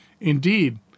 Indeed